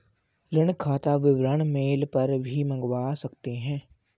ऋण खाता विवरण मेल पर भी मंगवा सकते है